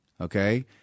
Okay